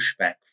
pushback